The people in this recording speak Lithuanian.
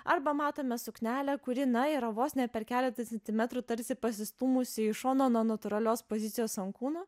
arba matome suknelę kuri na yra vos ne per keletą centimetrų tarsi pasistūmusi į šoną nuo natūralios pozicijos ant kūno